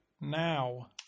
now